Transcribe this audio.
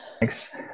Thanks